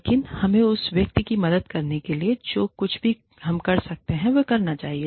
लेकिन हमें उस व्यक्ति की मदद करने के लिए जो कुछ भी हम कर सकते हैं वह करना चाहिए